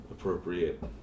Appropriate